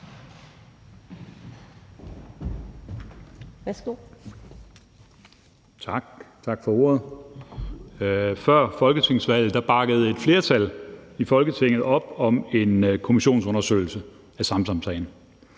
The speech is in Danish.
Før folketingsvalget bakkede et flertal i Folketinget op om en kommissionsundersøgelse af Samsamsagen,